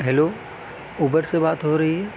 hello Uber سے بات ہو رہی ہے